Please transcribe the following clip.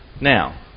Now